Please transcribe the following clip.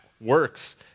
works